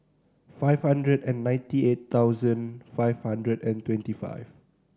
five hundred and ninety eight thousand five hundred and twenty five